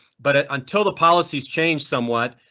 but until the policy is changed, some what.